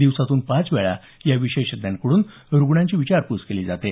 दिवसातून पाच वेळा या विशेषज्ञांकडून रुग्णांची विचारपूस केली जाते